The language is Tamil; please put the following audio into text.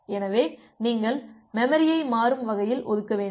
எனவே நீங்கள் மெமரியை மாறும் வகையில் ஒதுக்க வேண்டும்